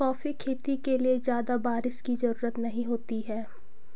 coffee खेती के लिए ज्यादा बाऱिश की जरूरत नहीं होती है